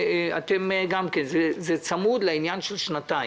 זה צמוד לעניין של שנתיים.